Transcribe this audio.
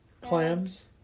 Clams